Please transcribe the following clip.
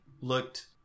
looked